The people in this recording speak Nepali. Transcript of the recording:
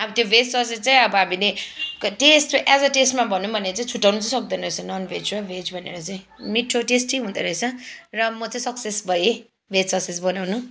अब त्यो भेज ससेज चाहिँ अब हामीले टेस्ट एज अ टेस्टमा भनौँ भने चाहिँ छुट्याउनु चाहिँ सक्दैन रहेछ नन भेज र भेज भनेर चाहिँ मिठो टेस्टी हुँदो रहेछ र म चाहिँ सक्सेस भएँ भेज ससेज बनाउनु